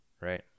right